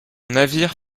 navire